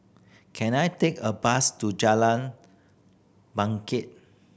can I take a bus to Jalan Bangket